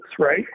right